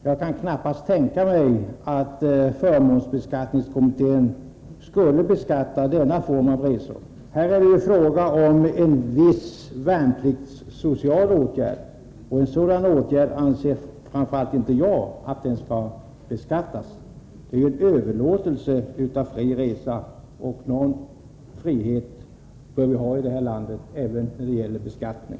Jag kan knappast tänka mig att förmånsbeskattningskommittén skulle vilja beskatta denna form av resor. Här är det ju fråga om en värnpliktssocial åtgärd, och en sådan åtgärd anser åtminstone jag inte skall beskattas. Det är ju fråga om en överlåtelse av en fri resa, och någon frihet bör vi ha här i landet, även när det gäller beskattning.